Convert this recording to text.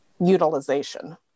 utilization